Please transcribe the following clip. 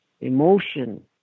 emotion